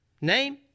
name